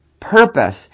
Purpose